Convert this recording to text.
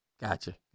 Gotcha